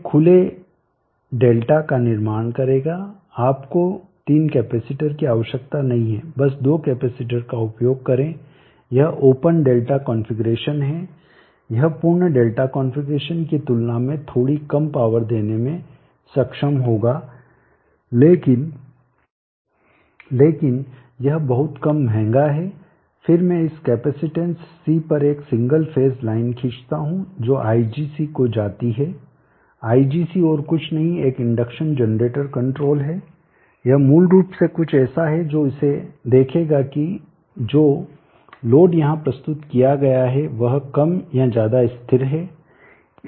यह एक खुले Δ का निर्माण करेगा आपको 3 कैपेसिटर की आवश्यकता नहीं है बस 2 कैपेसिटेंस का उपयोग करें यह ओपन Δ कॉन्फ़िगरेशन है यह पूर्ण Δ कॉन्फ़िगरेशन की तुलना में थोड़ी कम पॉएर देने में सक्षम होगा लेकिन यह बहुत कम महंगा है फिर मैं इस कैपेसिटेंस C पर एक सिंगल फेज लाइन खींचता हूँ जो IGC को जाती है IGC और कुछ नहीं एक इंडक्शन जनरेटर कंट्रोलर है यह मूल रूप से कुछ ऐसा है जो इसे देखेगा कि जो लोड यहां प्रस्तुत किया गया है वह कम या ज्यादा स्थिर है